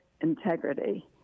integrity